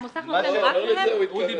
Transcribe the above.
המוסך נותן רק להם שירות?